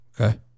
Okay